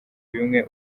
bimwe